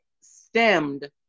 stemmed